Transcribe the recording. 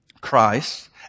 Christ